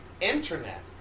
internet